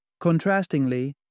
Contrastingly